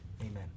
Amen